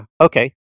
Okay